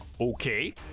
Okay